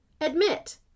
admit